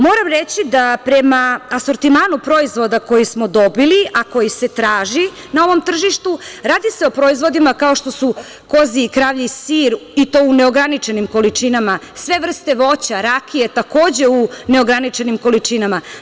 Moram reći da prema asortimanu proizvoda koji smo dobili, a koji se traži na ovom tržištu, radi se o proizvodima kao što su koziji i kravlji sir, i to u neograničenim količinama, sve vrste voća, rakije, takođe u neograničenim količinama.